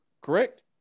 Correct